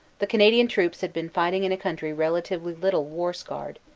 the canadian troops had been fighting in a country rela tively little war-scarred,